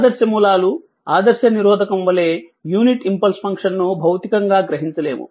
ఆదర్శ మూలాలు ఆదర్శ నిరోధకం వలె యూనిట్ ఇంపల్స్ ఫంక్షన్ ను భౌతికంగా గ్రహించలేము